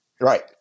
Right